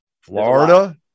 Florida